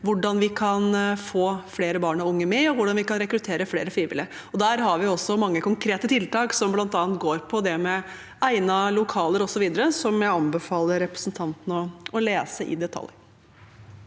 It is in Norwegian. hvordan vi kan få flere barn og unge med, og hvordan vi kan rekruttere flere frivillige. Der har vi også mange konkrete tiltak, som bl.a. går på egnede lokaler, og jeg anbefaler representanten Lie å lese den i detalj.